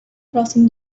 crossing